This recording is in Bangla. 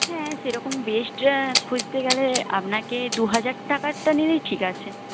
হ্যাঁ সেরকম বেস্টটা খুঁজতে গেলে আপনাকে দুহাজার টাকারটা নিলেই ঠিক আছে